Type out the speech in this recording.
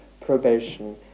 probation